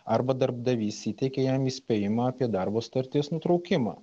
arba darbdavys įteikia jam įspėjimą apie darbo sutarties nutraukimą